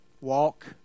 walk